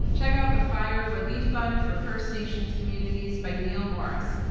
check out the fire relief fund for first nations communities by neil morris.